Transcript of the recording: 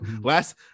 last